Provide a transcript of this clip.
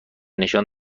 نشان